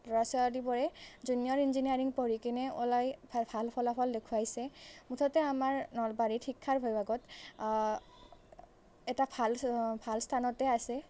ল'ৰা ছোৱালীবোৰে junior engineering পঢ়ি কিনে ওলাই ভাল ফলাফল দেখুৱাইছে মুঠতে আমাৰ নলবাৰীত শিক্ষাৰ বিভাগত এটা ভাল ভাল স্থানতে আছে